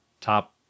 top